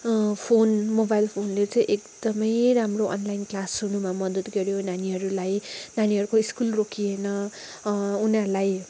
phone mobile फोनले चाहिँ एकदमै राम्रो अनलाइन क्लास हुनुमा मद्दत गऱ्यो नानाहरूलाई नानीहरूको स्कुल रोकिएन उनीहरूलाई